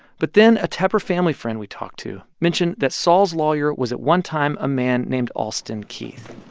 but then, a tepper family friend we talked to mentioned that sol's lawyer was, at one time, a man named alston keith